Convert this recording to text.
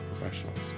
professionals